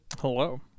hello